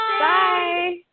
Bye